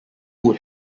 would